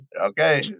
Okay